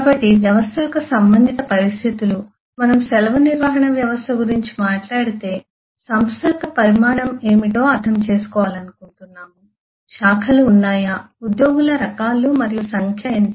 కాబట్టి వ్యవస్థ యొక్క సంబంధింత పరిస్థితులు మనము సెలవు నిర్వహణ వ్యవస్థ గురించి మాట్లాడితే సంస్థ యొక్క పరిమాణం ఏమిటో అర్థం చేసుకోవాలనుకుంటున్నాము శాఖలు ఉన్నాయా ఉద్యోగుల రకాలు మరియు సంఖ్య ఎంత